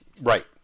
right